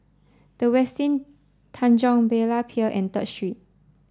the Westin Tanjong Berlayer Pier and Third Street